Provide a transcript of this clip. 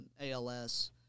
ALS